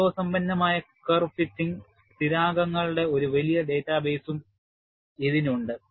അനുഭവസമ്പന്നമായ curve fitting സ്ഥിരാങ്കങ്ങളുടെ ഒരു വലിയ ഡാറ്റാബേസും ഇതിന് ഉണ്ട്